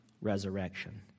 resurrection